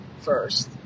first